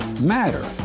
matter